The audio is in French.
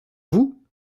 vous